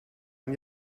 man